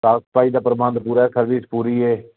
ਸਾਫ਼ ਸਫ਼ਾਈ ਦਾ ਪ੍ਰਬੰਧ ਪੂਰਾ ਕਰਦੀ ਪੂਰੀ ਹੈ